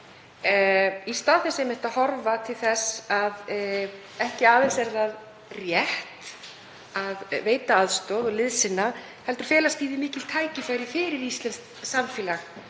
í stað þess að horfa til þess að ekki aðeins er rétt að veita aðstoð og liðsinna heldur felast í því mikil tækifæri fyrir íslenskt samfélag